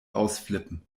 ausflippen